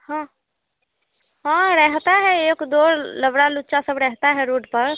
हाँ हाँ रहते हैं एक दो लबड़े लुच्चे सब रहते हैं रोड पर